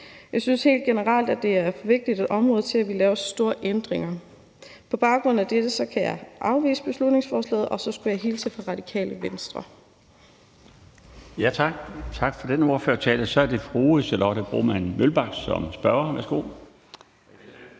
Jeg synes helt generelt, at det er et for vigtigt område til, at vi laver så store ændringer. På den baggrund kan jeg afvise beslutningsforslaget, og så skulle jeg også hilse fra Radikale Venstre. Kl. 18:31 Den fg. formand (Bjarne Laustsen): Tak for denne ordførertale. Så er det fru Charlotte Broman Mølbak som spørger. Værsgo.